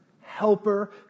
helper